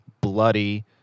bloody